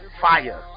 fire